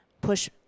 push